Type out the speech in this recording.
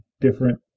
different